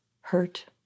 hurt